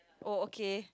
oh okay